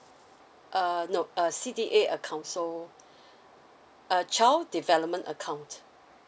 uh no a C_D_A account so a child development account